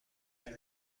چشم